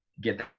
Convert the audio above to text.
get